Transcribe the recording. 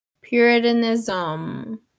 Puritanism